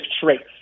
traits